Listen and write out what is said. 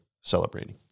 celebrating